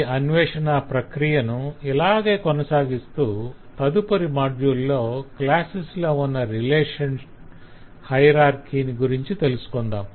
ఈ అన్వేషణా ప్రక్రియను ఇలాగే కొనసాగిస్తూ తదుపరి మాడ్యుల్ లో క్లాసెస్ లో ఉన్న రిలేషన్ హయరార్కి గురించి తెలుసుకుందాం